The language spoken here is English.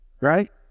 right